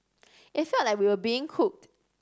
it felt like we were being cooked